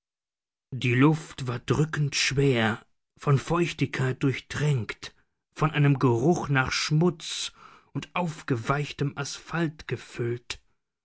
die luft war drückend schwer von feuchtigkeit durchtränkt von einem geruch nach schmutz und aufgeweichtem asphalt gefüllt